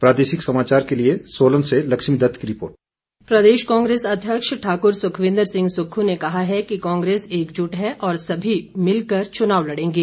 प्रादेशिक समाचार के लिए सोलन से लक्ष्मीदत्त की रिपोर्ट सुक्खू प्रदेश कांग्रेस अध्यक्ष ठाकुर सुखविंदर सिंह सुक्खू ने कहा है कि कांग्रेस एकजुट है और सभी मिलकर चुनाव लड़ेंगे